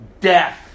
death